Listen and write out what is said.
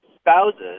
spouses